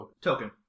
token